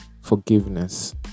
forgiveness